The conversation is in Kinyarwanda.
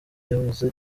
yazo